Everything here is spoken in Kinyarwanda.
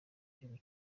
gihugu